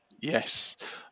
Yes